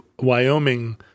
Wyoming